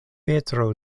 petro